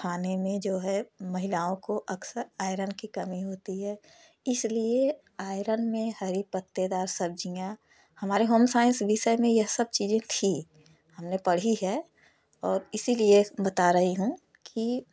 खाने में जो है महिलाओं को अक्सर आयरन की कमी होती है इसलिए आयरन में हरे पत्तेदार सब्जियाँ हमारे होमसाइंस विषय में ये सब चीज़ें थी हमने पढ़ी है और इसीलिए बता रही हूं कि